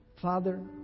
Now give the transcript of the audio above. Father